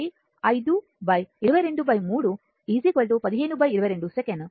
కాబట్టి 5223 1522 సెకను అంటే అది τ